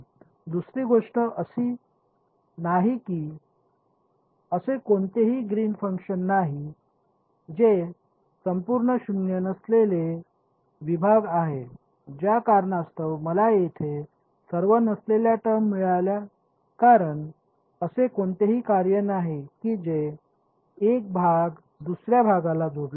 दुसरी गोष्ट अशी आहे की असे कोणतेही ग्रीन फंक्शन नाही जे संपूर्ण शून्य नसलेले विभाग आहे ज्या कारणास्तव मला येथे सर्व नसलेल्या टर्म मिळाल्या कारण असे कोणतेही कार्य नाही की जे 1 विभाग दुसर्या विभागाला जोडत आहे